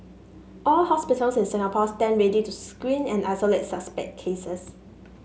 all hospitals in Singapore stand ready to screen and isolate suspect cases